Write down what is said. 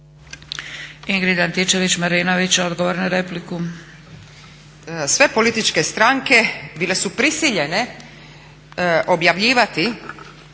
**Antičević Marinović, Ingrid (SDP)** Sve političke stranke bile su prisiljene objavljivati,